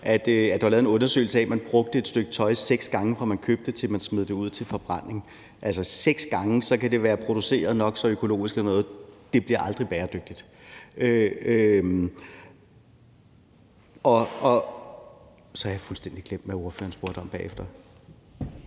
Der var lavet en undersøgelse, der viste, at man brugte et stykke tøj seks gange, fra man købte det, til man smed det ud til forbrænding. Altså, seks gange. Så kan det være produceret nok så økologisk og sådan noget, det bliver aldrig bæredygtigt. Og så har jeg fuldstændig glemt, hvad ordføreren spurgte om bagefter.